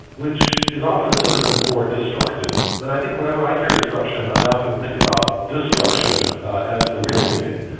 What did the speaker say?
which is often a synonym for destructed. but i think whenever i hear disruption i often think about destruction as the real meaning,